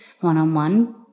one-on-one